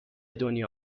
دنیا